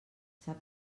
sap